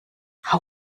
hau